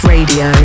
Radio